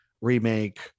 remake